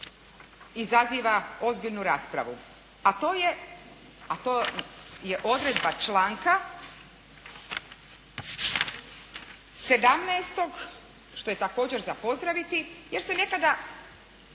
izaziva ozbiljnu raspravu a to je odredba članka 17. što je također za pozdraviti jer se nekada